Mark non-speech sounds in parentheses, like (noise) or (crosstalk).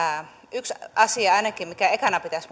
yksi asia ainakin minkä ekana pitäisi (unintelligible)